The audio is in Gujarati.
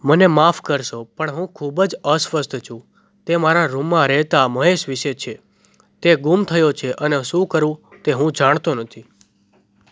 મને માફ કરશો પણ હું ખૂબ જ અસ્વસ્થ છું તે મારા રૂમમાં રહેતા મહેશ વિશે છે તે ગુમ થયો છે અને શું કરવું તે હું જાણતો નથી